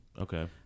Okay